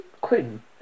Quinn